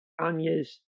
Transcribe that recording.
Anya's